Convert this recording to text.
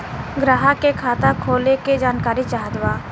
ग्राहक के खाता खोले के जानकारी चाहत बा?